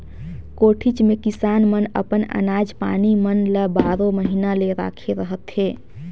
कोठीच मे किसान मन अपन अनाज पानी मन ल बारो महिना ले राखे रहथे